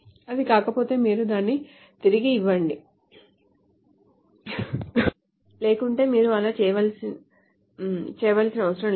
అది కాకపోతే మీరు దాన్ని తిరిగి ఇవ్వండి లేకుంటే మీరు అలా చేయనవసరం లేదు